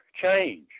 change